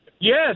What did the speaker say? Yes